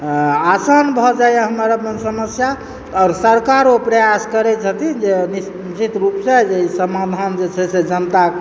असान भऽ जायए हमर अपन समस्या आओर सरकारो प्रयास करैत छथिन जे निश्चित रूपसँ जे समाधान जे छै जनताक